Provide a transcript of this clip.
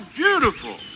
beautiful